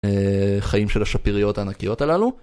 חיים של השפיריות הענקיות הללו